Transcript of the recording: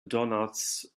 donuts